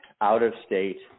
out-of-state